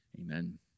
Amen